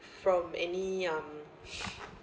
from any um